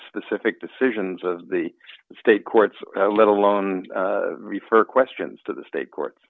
specific decisions of the state courts let alone refer questions to the state court